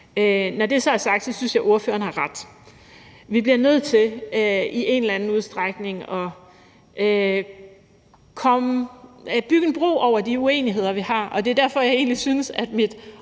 Når det så er sagt, synes jeg, at ordføreren har ret. Vi bliver nødt til i en eller anden udstrækning at bygge en bro over de uenigheder, vi har, og det er derfor, at jeg egentlig synes, at mit